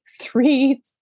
three